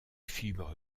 fibres